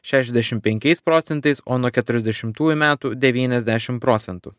šešiasdešimt penkiais procentais o nuo keturiasdešimtųjų metų devyniasdešimt procentų